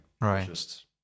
Right